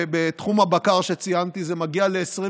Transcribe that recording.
בתחום הבקר שציינתי זה מגיע בשנים